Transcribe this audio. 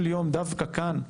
בסופו של יום, דווקא כאן,